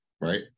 right